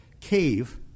cave